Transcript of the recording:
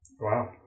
wow